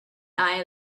eye